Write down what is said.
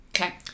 Okay